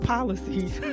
policies